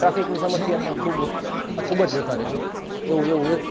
ટ્રાફિકની સમસ્યા પણ ખૂબ ખૂબ જ વધારે છે એવું એવું એવું